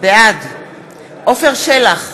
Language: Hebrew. בעד עפר שלח,